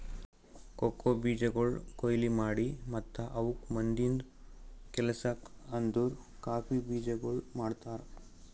cocoa ಬೀಜಗೊಳ್ ಕೊಯ್ಲಿ ಮಾಡಿ ಮತ್ತ ಅವುಕ್ ಮುಂದಿಂದು ಕೆಲಸಕ್ ಅಂದುರ್ ಕಾಫಿ ಬೀಜಗೊಳ್ ಮಾಡ್ತಾರ್